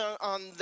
on